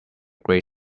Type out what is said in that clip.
great